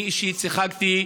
אני אישית שיחקתי.